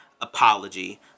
apology